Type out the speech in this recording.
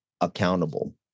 accountable